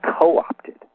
co-opted